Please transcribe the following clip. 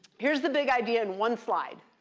here's the big idea in one slide.